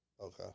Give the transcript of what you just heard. okay